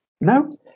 No